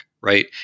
right